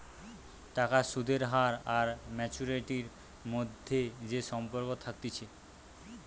টাকার সুদের হার আর ম্যাচুয়ারিটির মধ্যে যে সম্পর্ক থাকতিছে